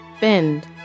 bend